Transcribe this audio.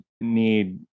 need